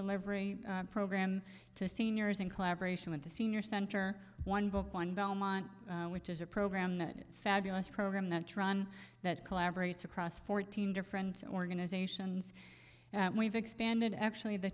delivery program to seniors in collaboration with the senior center one book one belmont which is a program that fabulous program that run that collaborates across fourteen different organizations we've expanded actually the